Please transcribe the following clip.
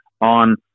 on